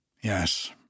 Yes